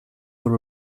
were